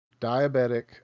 diabetic